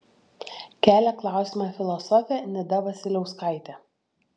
kelia klausimą filosofė nida vasiliauskaitė